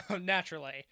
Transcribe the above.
Naturally